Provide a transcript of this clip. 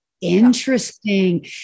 Interesting